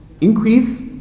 increase